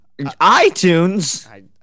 iTunes